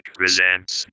presents